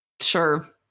sure